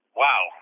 wow